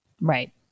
Right